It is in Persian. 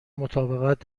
مطابقت